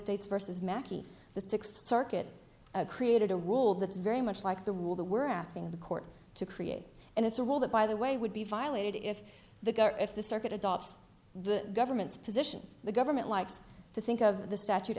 states versus makea the sixth circuit created a rule that's very much like the rule that we're asking the court to create and it's a rule that by the way would be violated if the governor if the circuit adopts the government's position the government likes to think of the statute